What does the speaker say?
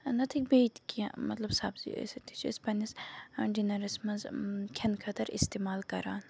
نَتہٕ ہیٚکہِ بیٚیہِ تہِ کینٛہہ مطلب سبزی ٲسِتھ یہِ چھِ أسۍ پنٛنِس ڈِنَرَس منٛز کھٮ۪نہٕ خٲطرٕ استعمال کَران